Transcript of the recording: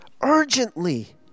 urgently